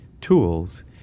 tools